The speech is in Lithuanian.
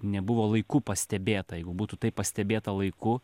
nebuvo laiku pastebėta jeigu būtų tai pastebėta laiku